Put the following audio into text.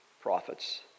prophets